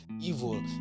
evil